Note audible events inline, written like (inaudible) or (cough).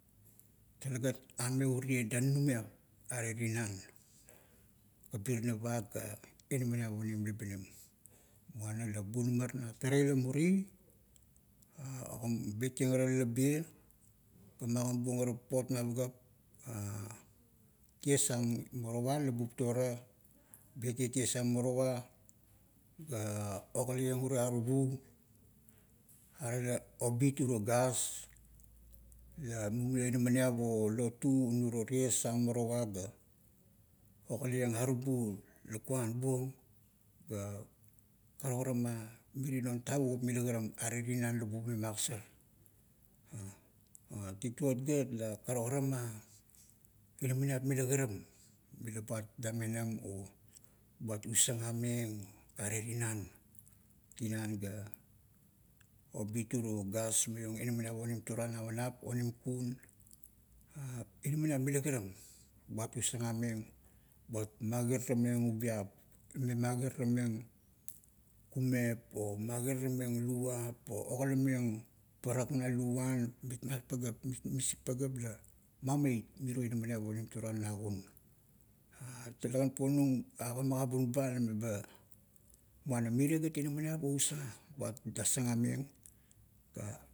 Telagat ame orie danunomiap are tinan, kabirna pa ga inaminiap onim labinim. Muana la bunamar na tara ila muri, (hesitation) betieng ara lalabie, magimabuong ara papot ma pagap (hesitation) tiesang morowa la bupta ra, betieng tiesang morowa ga, okalaieng arubu lakuan buong ga, karukara ma mirie non taavukup mila kiram ara tinan la bume magasar. (hesitation) tituot gat la, karukara ma inaminiap mila kiram, mila buat damenam, o buat usangameng are tinan. Tinan ga, obit uro gas maiong inamaniap onim toruan navanap onim kun, inaminiap mila kiram, buat magirameeng ubiap. Ime magirameng kumep, o magirameng luvap, o okalameng parak na luan, mitmat pagap. Misik pagap, la mameit, miro inaminiap onim toruan na kun. Talegan puonung, aga magabun ba meba-muana mirie gat inaminiap o usanga, buat dasanga meng.